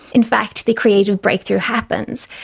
in fact the creative breakthrough happens.